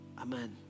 Amen